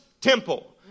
temple